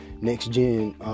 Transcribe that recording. next-gen